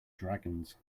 dragons